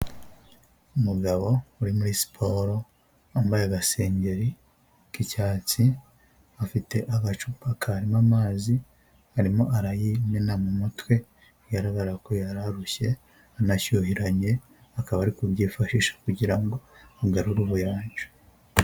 Umugabo uri muri siporo wambaye agasengeri k'icyatsi, afite agacupa karimo amazi arimo arayimena mu mutwe, bigaragara ko yari arushye anashyuhiranye, akaba ari kubyifashisha kugira ngo agarure ubuyanja.